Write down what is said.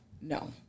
No